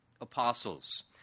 apostles